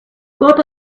got